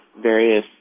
various